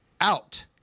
out